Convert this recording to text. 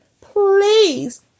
please